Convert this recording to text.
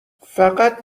فقط